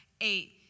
eight